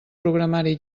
programari